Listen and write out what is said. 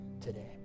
today